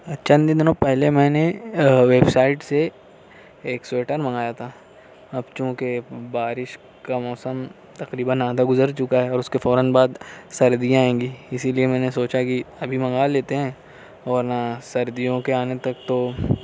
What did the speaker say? چند دنوں پہلے میں نے ویب سائٹ سے ایک سوئیٹر منگایا تھا اب چوںكہ بارش كا موسم تقريباً آدھا گزر چكا ہے اور اس كے فوراً بعد سردیاں آئيں گى اسی لیے میں نے سوچا کہ ابھی منگا لیتے ہیں ورنہ سردیوں کے آنے تک تو